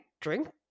drink